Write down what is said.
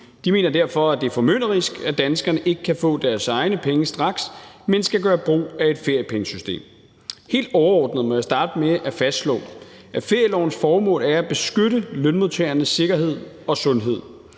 De mener derfor, at det er formynderisk, at danskerne ikke kan få deres egne penge straks, men skal gøre brug af et feriepengesystem. Helt overordnet må jeg starte med at fastslå, at ferielovens formål er at beskytte lønmodtagernes sikkerhed og sundhed.